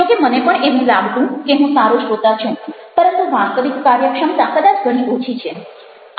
જો કે મને પણ એવું લાગતું કે હું સારો શ્રોતા છું પરંતુ વાસ્તવિક કાર્યક્ષમતા કદાચ ઘણી ઓછી છે